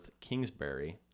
Kingsbury